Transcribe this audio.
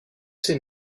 ces